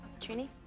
Trini